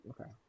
Okay